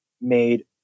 made